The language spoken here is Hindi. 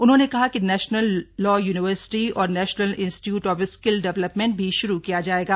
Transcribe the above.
उन्होंने कहा कि नेशनल लॉ युनिवर्सिटी और national institute of skill development भी श्रू किया जाएगा